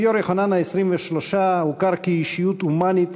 האפיפיור יוחנן ה-23 הוכר כאישיות הומנית